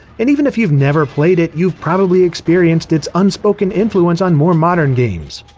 and even if you've never played it, you've probably experienced its unspoken influence on more modern games.